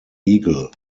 eagle